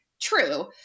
true